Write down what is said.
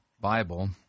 Bible